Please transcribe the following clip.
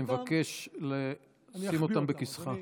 אני מבקש לשים אותם בכיסך.